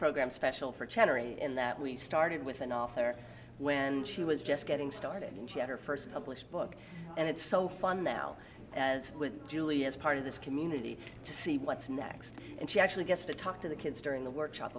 program special for in that we started with an author when she was just getting started and she had her first published book and it's so fun now with julie as part of this community to see what's next and she actually gets to talk to the kids during the workshop